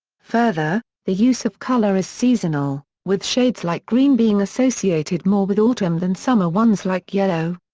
further, the use of colour is seasonal, with shades like green being associated more with autumn than summer ones like yellow.